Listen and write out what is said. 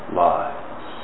lives